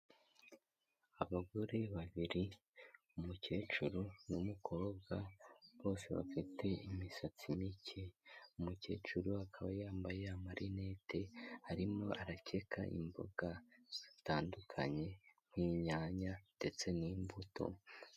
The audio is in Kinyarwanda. Abagore babiri, umukecuru n’umukobwa bose bafite imisatsi mike, umukecuru akaba yambaye amarinete arimo aracyeka imboga zitandukanye n'inyanya ndetse n'imbuto.